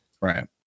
Right